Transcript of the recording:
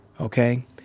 okay